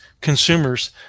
consumers